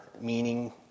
meaning